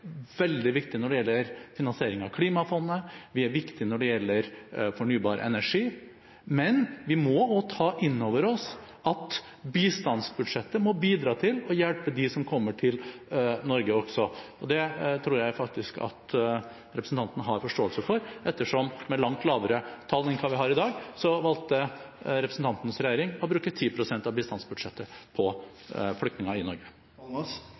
veldig viktige når det gjelder finansiering av klimafondet, vi er viktige når det gjelder fornybar energi, men vi må ta inn over oss at bistandsbudsjettet også må bidra til å hjelpe dem som kommer til Norge. Det tror jeg faktisk at representanten har forståelse for, ettersom representantens regjering valgte å bruke 10 pst. av bistandsbudsjettet, et langt lavere tall enn i dag, på flyktninger i Norge. Det var – med all respekt – ikke et svar på